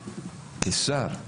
כשר.